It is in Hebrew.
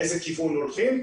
לאיזה כיוון הולכים.